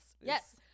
Yes